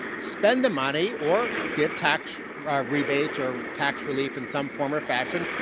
spend the money, or give tax rebates or tax relief in some form or fashion.